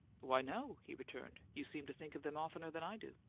why, no, he returned. you seem to think of them oftener than i do.